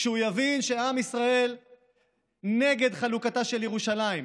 כשהוא יבין שעם ישראל נגד חלוקתה של ירושלים,